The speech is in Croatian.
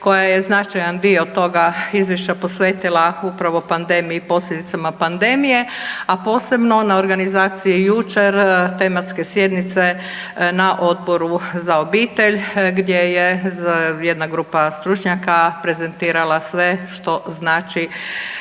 koja je značajan dio toga izvješća posvetila upravo pandemiji i posljedicama pandemije, a posebno na organizaciji jučer tematske sjednice na Odboru za obitelj gdje je jedna grupa stručnjaka prezentirala sve što znači